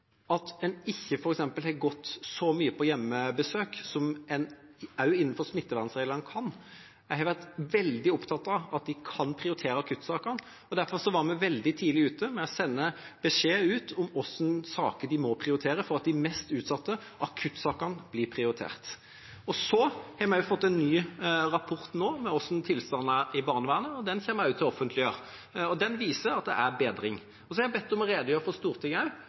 at en ikke f.eks. har gått så mye på hjemmebesøk som en kan også innenfor smittevernreglene. Jeg har vært veldig opptatt av at de kan prioritere akuttsaker, og derfor var vi veldig tidlig ute med å sende beskjed ut om hva slags saker de må prioritere for at de mest utsatte, akuttsakene, blir prioritert. Så har vi nå fått en ny rapport om hvordan tilstanden er i barnevernet, og den kommer jeg også til å offentliggjøre. Den viser at det er bedring. Så har jeg bedt om å få redegjøre for Stortinget